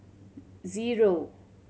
zero